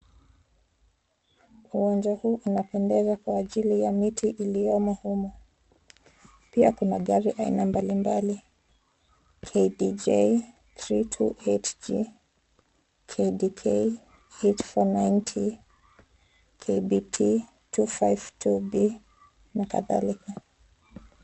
Uwanja huu unapendeza kwa ajili ya miti iliyomo humo. Pia kuna gari aina mbalimbali; KDJ 328G,KDK 849,KBT 252D na kadhalika.